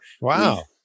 Wow